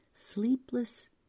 Sleepless